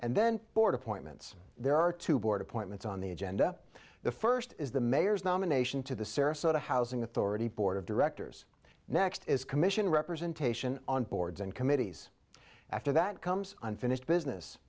and then board appointments there are two board appointments on the agenda the first is the mayor's nomination to the sarasota housing authority board of directors next is commission representation on boards and committees after that comes unfinished business